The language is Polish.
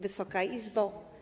Wysoka Izbo!